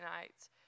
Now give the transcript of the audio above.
nights